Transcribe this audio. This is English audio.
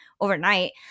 overnight